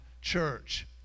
church